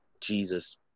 Jesus